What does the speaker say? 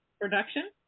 production